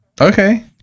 okay